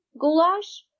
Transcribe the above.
goulash